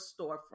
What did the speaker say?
storefront